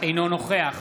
אינו נוכח